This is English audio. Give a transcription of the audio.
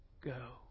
go